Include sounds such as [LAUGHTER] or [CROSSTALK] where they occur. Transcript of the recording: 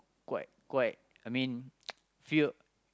quite quite I mean [NOISE] fear